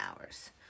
hours